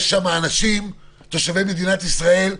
יש שם אנשים תושבי מדינת ישראל,